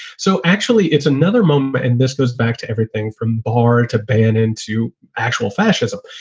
so actually, it's another moment and this goes back to everything from bars to ban and to actual fascism.